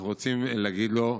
אנחנו רוצים להגיד לו: